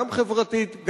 גם חברתית,